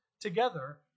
together